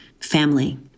family